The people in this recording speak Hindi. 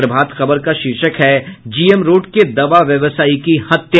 प्रभात खबर का शीर्षक है जीएम रोड के दवा व्यवसायी की हत्या